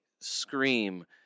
scream